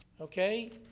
okay